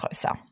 closer